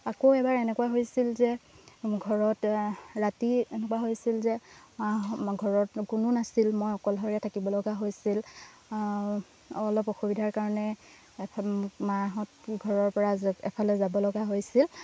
আকৌ এবাৰ এনেকুৱা হৈছিল যে ঘৰত ৰাতি এনেকুৱা হৈছিল যে ঘৰত কোনো নাছিল মই অকলশৰে থাকিবলগা হৈছিল অলপ অসুবিধাৰ কাৰণে মাহঁত ঘৰৰপৰা এফালে যাব লগা হৈছিল